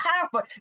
powerful